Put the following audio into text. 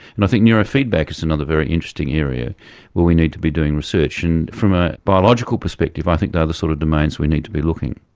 and i think neurofeedback is another very interesting area where we need to be doing research, and from a biological perspective i think they are the sort of domains where we need to be looking.